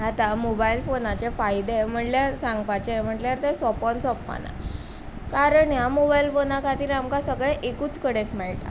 आतां मोबायल फोनाचे फायदे सांगपाचे म्हणल्यार ते सोपन सोप्पपाना कारण ह्या मोबायल फोना खातीर आमकां सगळें एकूच कडेन मेळटा